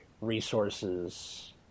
resources